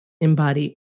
embody